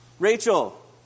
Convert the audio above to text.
Rachel